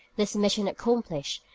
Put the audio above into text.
this mission accomplished,